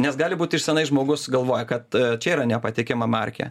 nes gali būti iš senai žmogus galvoja kad čia yra nepatikima markė